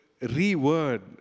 reword